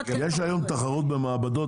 יש היום תחרות במעבדות,